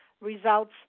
results